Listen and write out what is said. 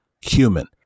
human